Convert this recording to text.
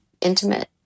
intimate